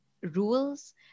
rules